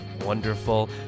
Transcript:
wonderful